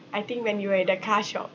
I think when you were at the car shop